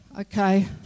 okay